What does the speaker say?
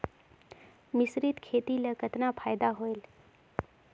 मिश्रीत खेती ल कतना फायदा होयल?